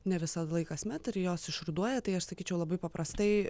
ne visąlaik kasmet ir jos išruduoja tai aš sakyčiau labai paprastai